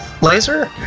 laser